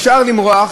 אפשר למרוח,